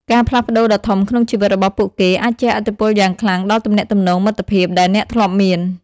ការផ្លាស់ប្តូរដ៏ធំក្នុងជីវិតរបស់ពួកគេអាចជះឥទ្ធិពលយ៉ាងខ្លាំងដល់ទំនាក់ទំនងមិត្តភាព ដែលអ្នកធ្លាប់មាន។